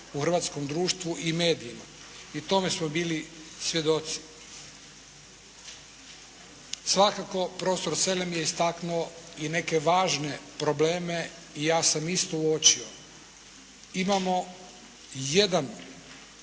hrvatskom društvu i medijima. I tome smo bili svjedoci. Svakako profesor Selem je istaknuo i neke važne probleme i ja sam isto uočio. Imamo jedan